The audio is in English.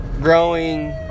growing